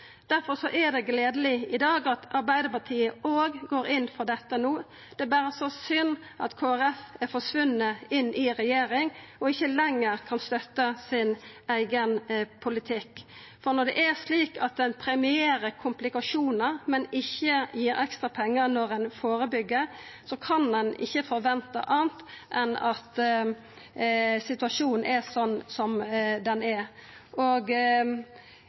er det gledeleg i dag at Arbeidarpartiet òg går inn for dette no. Det er berre så synd at Kristeleg Folkeparti har forsvunne inn i regjering og ikkje lenger kan støtta sin eigen politikk. For når det er slik at ein premierer komplikasjonar, men ikkje gir ekstra pengar når ein førebyggjer, kan ein ikkje forventa anna enn at situasjonen er slik som han er.